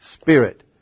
spirit